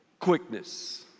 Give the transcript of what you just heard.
quickness